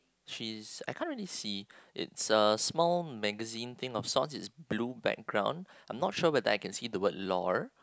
she's I can't really see it's a small magazine thing of sort it's blue background I'm not sure if I can see the word lore